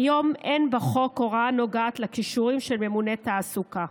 כיום אין בחוק הוראה שנוגעת לכישורים של ממונה תעסוקה.